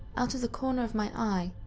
out of the corner of my eye,